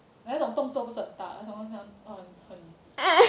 like 那种动作不是很大的